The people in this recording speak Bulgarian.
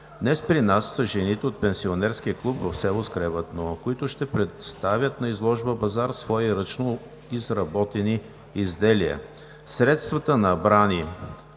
Днес при нас са жените от пенсионерския клуб в село Скребатно. Те ще представят на изложба-базар свои ръчно изработени изделия. Средствата, набрани